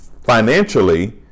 financially